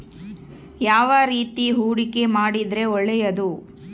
ಯಾವ ರೇತಿ ಹೂಡಿಕೆ ಮಾಡಿದ್ರೆ ಒಳ್ಳೆಯದು?